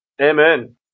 Amen